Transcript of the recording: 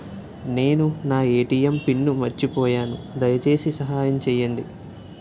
నేను నా ATM pin మర్చిపోయాను, దయచేసి సహాయం చేయండి